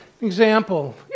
Example